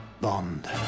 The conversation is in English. Bond